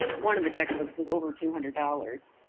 one of the textbooks was over two hundred dollars.